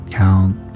count